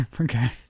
okay